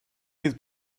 fydd